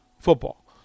football